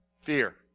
Fear